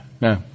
No